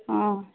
অঁ